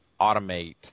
automate